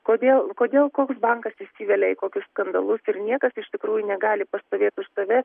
kodėl kodėl koks bankas įsivelia į kokius skandalus ir niekas iš tikrųjų negali pastovėti už save